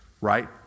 right